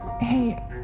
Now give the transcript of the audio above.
Hey